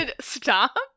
stop